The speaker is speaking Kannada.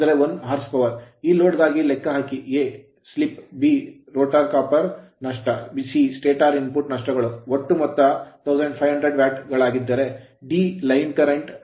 ಈ ಲೋಡ್ ಗಾಗಿ ಲೆಕ್ಕ ಹಾಕಿ a slip b rotor copper rotor ತಾಮ್ರದ ನಷ್ಟ c stator ಸ್ಟಾಟರ್ ಇನ್ಪುಟ್ ನಷ್ಟಗಳ ಒಟ್ಟು ಮೊತ್ತ 1500 ವ್ಯಾಟ್ ಗಳಾಗಿದ್ದರೆ d line line current current